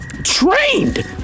trained